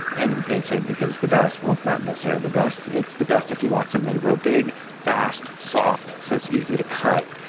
and they say because it's the best. well, it's not necessarily the best. it's the best if you want something to grow big, fast, soft so it's easy to cut.